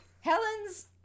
Helen's